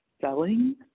selling